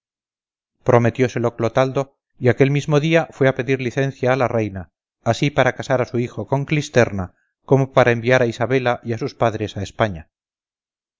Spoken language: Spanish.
había dado prometióselo clotaldo y aquel mismo día fue a pedir licencia a la reina así para casar a su hijo con clisterna como para enviar a isabela y a sus padres a españa